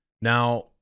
now